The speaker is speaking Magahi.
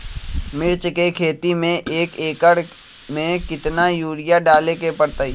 मिर्च के खेती में एक एकर में कितना यूरिया डाले के परतई?